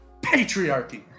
Patriarchy